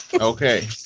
Okay